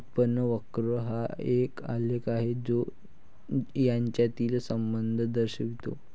उत्पन्न वक्र हा एक आलेख आहे जो यांच्यातील संबंध दर्शवितो